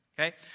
okay